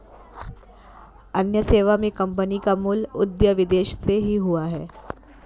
अन्य सेवा मे कम्पनी का मूल उदय विदेश से ही हुआ है